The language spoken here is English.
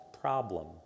problem